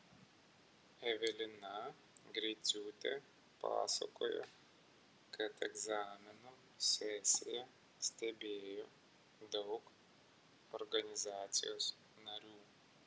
evelina greiciūtė pasakojo kad egzaminų sesiją stebėjo daug organizacijos narių